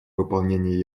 выполнении